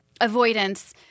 avoidance